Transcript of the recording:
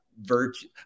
virtue